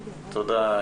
תודה.